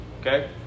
Okay